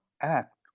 act